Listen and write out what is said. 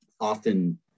often